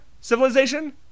civilization